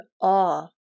awe